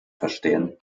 verstehen